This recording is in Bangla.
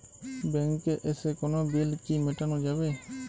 ব্যাংকে এসে কোনো বিল কি মেটানো যাবে?